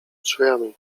drzwiami